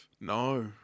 No